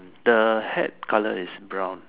the hat colour is brown